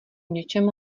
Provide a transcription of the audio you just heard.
něčem